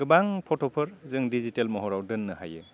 गोबां फट'फोर जों डिजिटेल महराव दोननो हायो